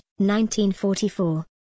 1944